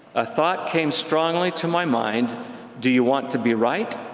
a thought came strongly to my mind do you want to be right,